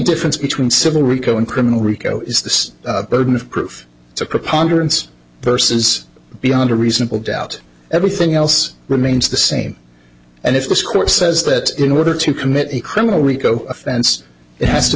difference between civil rico and criminal rico is this burden of proof to a preponderance person is beyond a reasonable doubt everything else remains the same and if this court says that in order to commit a criminal rico offense it has to